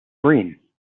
green